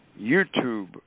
YouTube